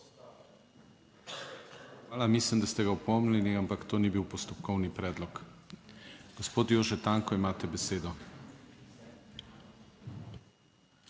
Hvala. Mislim, da ste ga opomnili, ampak to ni bil postopkovni predlog. Gospod Jože Tanko, imate besedo.